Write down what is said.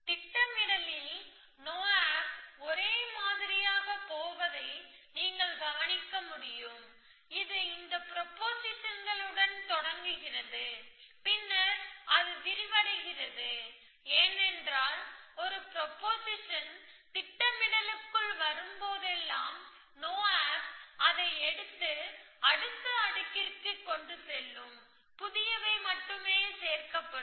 திட்டமிடலில் no op ஒரே மாதிரியாகப் போவதை நீங்கள் கவனிக்க முடியும் இது இந்த ப்ரொபொசிஷன்களுடன் தொடங்குகிறது பின்னர் அது விரிவடைகிறது ஏனென்றால் ஒரு ப்ரொபொசிஷன் திட்டமிடலுக்குள் வரும்போதெல்லாம் நோ ஆப் அதை அடுத்த அடுக்குக்கு எடுத்துச் செல்லும் புதியவை மட்டுமே சேர்க்கப்படும்